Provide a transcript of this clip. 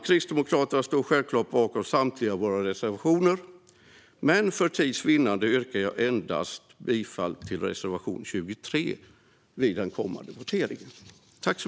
Kristdemokraterna står självklart bakom samtliga våra reservationer, men för tids vinnande vid den kommande voteringen yrkar jag bifall endast till reservation 23.